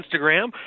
Instagram